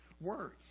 words